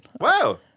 Wow